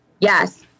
Yes